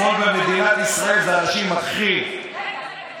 השמאל במדינת ישראל זה האנשים הכי אלימים,